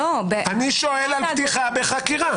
לא, ב --- אני שואל על פתיחה בחקירה.